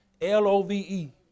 L-O-V-E